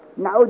Now